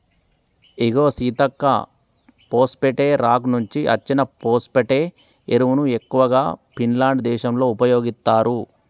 ఇగో Seethakka phosphate rock నుంచి అచ్చిన phosphate ఎరువును ఎక్కువగా ఫిన్లాండ్ దేశంలో ఉపయోగిత్తారు